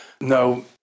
No